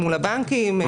מול הבנקים.